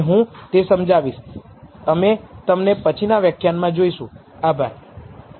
તેથી પછીના વ્યાખ્યાનમાં તમને મળીશું